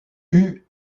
hue